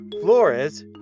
Flores